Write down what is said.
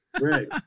Right